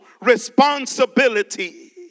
responsibility